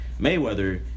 Mayweather